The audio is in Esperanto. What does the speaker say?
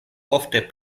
ofte